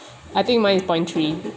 I think my point three